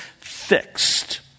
fixed